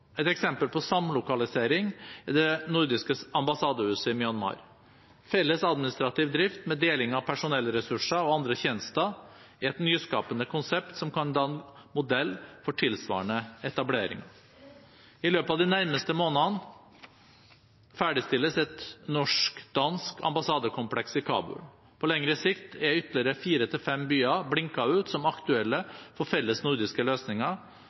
et nyskapende konsept som kan danne modell for tilsvarende etableringer. I løpet av de nærmeste månedene ferdigstilles et norsk-dansk ambassadekompleks i Kabul. På lengre sikt er ytterligere fire–fem byer blinket ut som aktuelle for fellesnordiske løsninger,